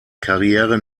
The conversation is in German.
karriere